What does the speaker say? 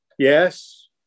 Yes